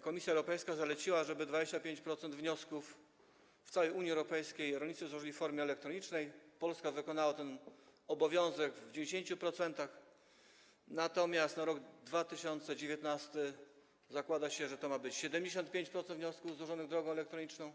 Komisja Europejska zaleciła, żeby 25% wniosków w całej Unii Europejskiej rolnicy złożyli w formie elektronicznej - Polska wykonała ten obowiązek w 10% - natomiast zakłada się, że w 2019 r. 75% wniosków ma być złożonych drogą elektroniczną.